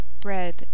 bread